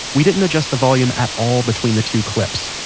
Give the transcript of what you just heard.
we didn't adjust the volume at all between the two clips,